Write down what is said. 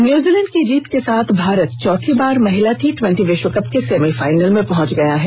New Zealand पर जीत के साथ भारत चौथी बार महिला टी ट्वेंटी विष्व कप के सेमीफाइनल में पहुंच गया है